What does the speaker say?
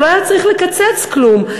הוא לא היה צריך לקצץ כלום,